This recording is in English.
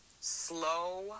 slow